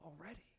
already